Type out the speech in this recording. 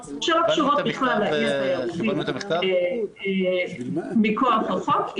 שלא קשורות בכלל לאי התיירותי מכוח החוק,